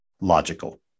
logical